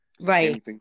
Right